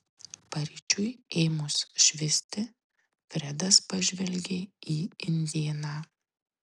paryčiui ėmus švisti fredas pažvelgė į indėną